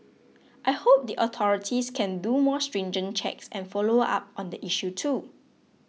I hope the authorities can do more stringent checks and follow up on the issue too